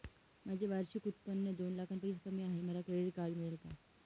माझे वार्षिक उत्त्पन्न दोन लाखांपेक्षा कमी आहे, मला क्रेडिट कार्ड मिळेल का?